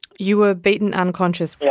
you were beaten unconscious? yeah